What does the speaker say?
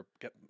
get